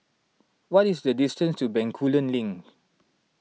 what is the distance to Bencoolen Link